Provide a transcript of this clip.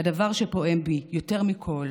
הדבר שפועם בי יותר מכול